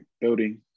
building